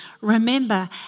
Remember